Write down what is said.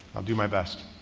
i'll do my best.